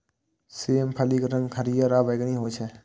सेम फलीक रंग हरियर आ बैंगनी होइ छै